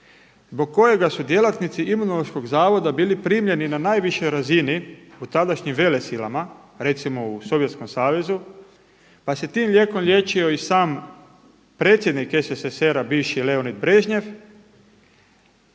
zbog kojega su djelatnici Imunološkog zavoda bili primljeni na najvišoj razini u tadašnjim velesilama, recimo u Sovjetskom savezu pa se tim lijekom liječio i sam predsjednik SSSR-a bivši Leonid Brežnjev.